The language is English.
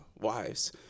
wives